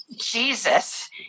Jesus